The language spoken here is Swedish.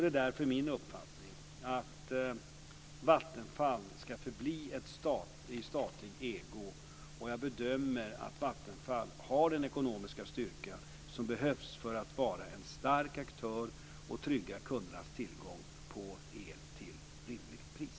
Det är därför min uppfattning att Vattenfall ska förbli i statlig ägo och jag bedömer att Vattenfall har den ekonomiska styrka som behövs för att vara en stark aktör och trygga kundernas tillgång på el till rimligt pris.